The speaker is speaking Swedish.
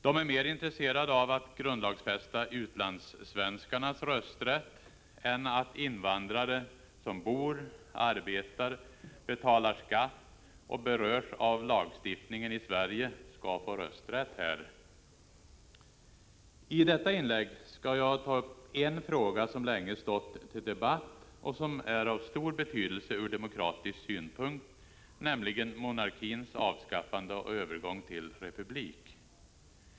De är mer intresserade av att grundlagsfästa utlandssvenskarnas rösträtt än av att invandrare som bor, arbetar, betalar skatt och berörs av lagstiftningen i Sverige skall få rösträtt här. I detta inlägg skall jag ta upp en fråga som har debatterats länge och som är avstor betydelse från demokratisk synpunkt, nämligen monarkins avskaffande och övergång till republik.